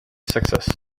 success